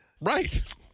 Right